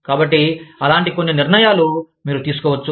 కాబట్టి అలాంటి కొన్ని నిర్ణయాలు మీరు తీసుకోవచ్చు